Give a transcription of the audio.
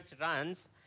runs